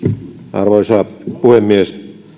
arvoisa puhemies